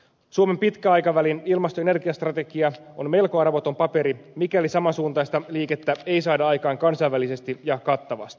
suomen pitkän aikavälin ilmasto ja energiastrategia on melko arvoton paperi mikäli samansuuntaista liikettä ei saada aikaan kansainvälisesti ja kattavasti